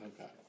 Okay